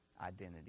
identity